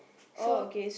so